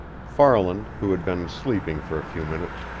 farland, who had been sleeping for a few minutes,